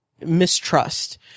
mistrust